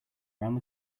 around